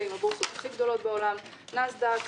עם הבורסות הכי גדולות בעולם: נאסד"ק,